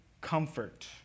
comfort